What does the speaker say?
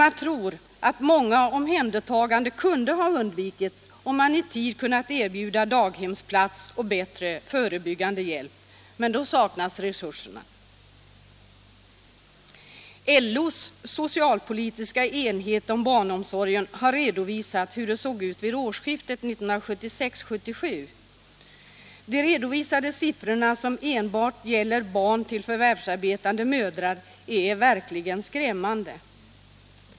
Man tror att många omhändertaganden kunde ha undvikits, om man i tid kunnat erbjuda daghemsplats och bättre förebyggande hjälp — men resurserna saknas. LO:s socialpolitiska enhet för barnomsorgen har redovisat hur det såg ut vid årsskiftet 1976-1977. De redovisade siffrorna, som enbart gäller barn till förvärvsarbetande mödrar, är verkligen skrämmande.